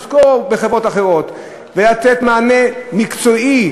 לשכור בחברות אחרות ולתת מענה מקצועי,